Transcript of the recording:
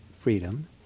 freedom